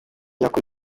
yakora